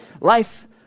Life